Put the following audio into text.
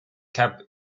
gap